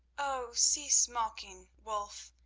oh, cease mocking, wulf,